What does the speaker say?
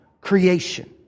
creation